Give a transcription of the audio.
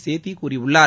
சேத்தி கூறியுள்ளார்